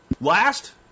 Last